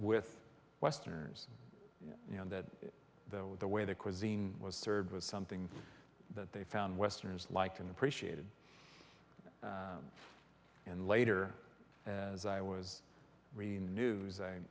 with westerners you know that the way that cuisine was served was something that they found westerners liked and appreciated and later as i was reading the news i